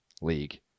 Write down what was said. league